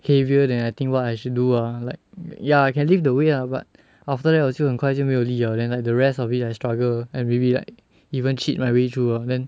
heavier than I think what I should do ah like ya I can lift the weight lah but after that 我就很快就没有力了 then like the rest of it I struggle and maybe like even cheat my way through ah then